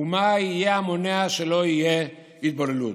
ומה יהיה המונע שלא תהיה התבוללות?